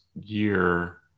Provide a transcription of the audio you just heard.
year